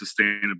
sustainability